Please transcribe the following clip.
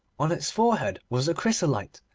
on its forehead was a chrysolite,